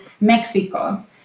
Mexico